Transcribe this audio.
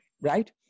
right